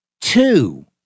two